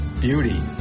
beauty